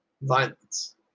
violence